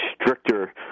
stricter